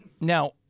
Now